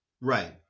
Right